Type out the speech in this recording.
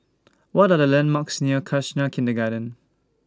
What Are The landmarks near Khalsa Kindergarten